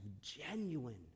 genuine